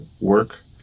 work